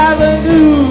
Avenue